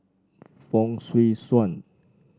Fong Swee Suan